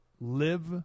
live